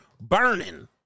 burning